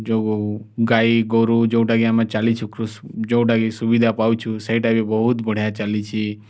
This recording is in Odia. ଯେଉଁ ଗାଈ ଗୋରୁ ଯେଉଁଟା କି ଆମେ ଚାଲିଛୁ ଯେଉଁଟା କି ସୁବିଧା ପାଉଛୁ ସେଇଟା ବି ବହୁତ ବଢ଼ିଆ ଚାଲିଛି